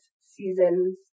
season's